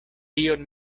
tion